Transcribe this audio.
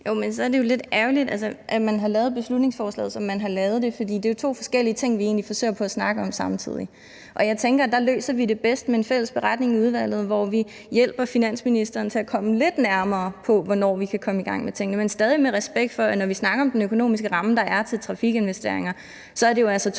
Jo, men så er det jo lidt ærgerligt, at man har lavet beslutningsforslaget, som man har lavet det, fordi det jo er to forskellige ting, vi egentlig forsøger at snakke om samtidig. Jeg tænker, at der løser vi det bedst med en fælles beretning i udvalget, hvor vi hjælper finansministeren til at komme lidt nærmere på, hvornår vi kan komme i gang med tingene, men stadig med respekt for, at når vi snakker om den økonomiske ramme, der er til trafikinvesteringer, så er det jo altså to